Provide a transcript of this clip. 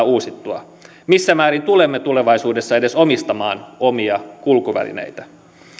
uusittua missä määrin tulemme tulevaisuudessa edes omistamaan omia kulkuvälineitä